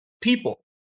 people